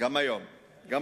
גם היום אתה איש חוק.